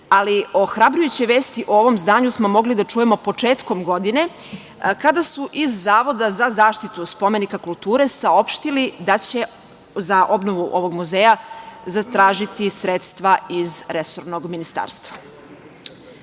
Ali, ohrabrujuće vesti o ovom zdanju smo mogli da čujemo početkom godine, kada su iz Zavoda za zaštitu spomenika kulture saopštili da će za obnovu ovog muzeja zatražiti sredstva iz resornog ministarstva. Jedan